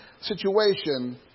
situation